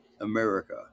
America